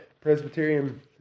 Presbyterian